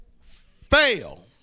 fail